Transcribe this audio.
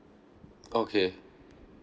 okay